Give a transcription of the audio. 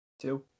Two